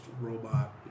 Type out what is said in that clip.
robot